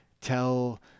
tell